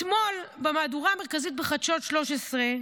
אתמול במהדורה המרכזית בחדשות 13,